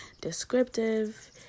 descriptive